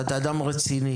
ואתה אדם רציני,